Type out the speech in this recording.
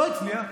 לא הצליח,